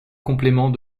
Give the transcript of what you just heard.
complément